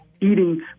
eating